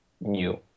new